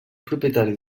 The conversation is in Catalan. propietari